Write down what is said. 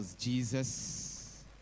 Jesus